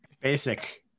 basic